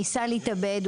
ניסה להתאבד,